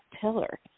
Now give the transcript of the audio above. pillar